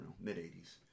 mid-80s